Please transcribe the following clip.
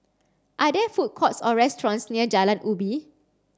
are there food courts or restaurants near Jalan Ubi